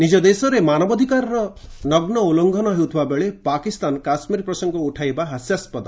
ନିଜ ଦେଶରେ ମାନବାଧିକାରର ନଗୁ ଉଲ୍ଲଙ୍ଘନ ହେଉଥିବାବେଳେ ପାକିସ୍ତାନ କାଶୁୀର ପ୍ରସଙ୍ଗ ଉଠାଇବା ହାସ୍ୟାସ୍କଦ